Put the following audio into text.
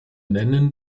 nennen